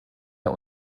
der